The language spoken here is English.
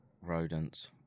rodents